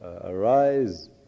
arise